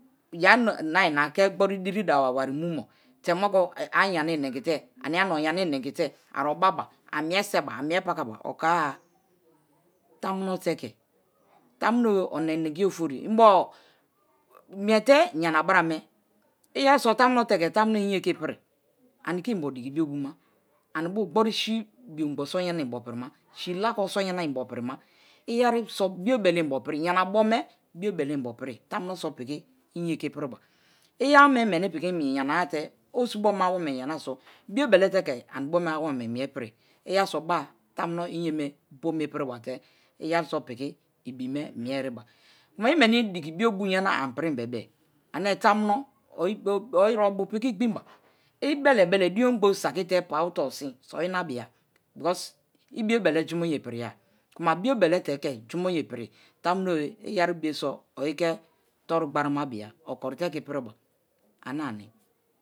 Ye̱re na ari na ke̱ gbori dibidaba wari mu̱mo̱, te̱ mo̱ku ayana ine̱n gite ania-nia o̱yena inegite̱ orobaba amie seba amie pakaba o̱ko̱a-a. Tamuno teke, tamunobe onengiye̱-ofori imbo miete yana-barame, i̱yeriso̱ ke̱ tamuno teke tamuno inye̱ ke̱ ipiri. Anike̱ inbo̱ dikibiobuma anibo̱, gboru sio biogbo̱ so̱ yana inbo̱ pirima, si la̱kwo so̱ yana inbo̱ pirima. Iyeriso̱ bi̱obe̱le̱ inbo̱ pi̱ri̱ yanabo piki inye ke̱ ipiriba. Iyawo̱me̱ meni piki mu̱ yana-a so̱, osibo̱ awome̱ yanaso̱ bi̱obe̱le̱ teke̱ ani̱ bo̱me̱ awome̱ mie piri iyeriso baa tamuno inyeme bo̱ma ipiriba te̱ i̱ye̱ri̱so̱ piki ibime̱ mie eriba̱. Kuma i̱me̱ni̱ dikibiobu yana ani̱ piri ne̱be̱-e. Ame̱ tomano ori-o̱bu̱ pi̱ki̱ i̱ gbi̱nda. Ibe̱le̱be̱le̱ din-ogbo saki̱te̱ pawu̱-te̱ o̱sin o̱si̱n o̱ inobiya because ibiobele jumo̱ ye̱a piri ya, ku̱ma biobele iyerobe so̱ onike̱ to̱ru̱ gbarima bi̱a ana-ni̱.